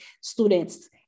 students